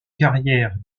carrière